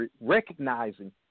recognizing